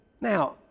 Now